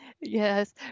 Yes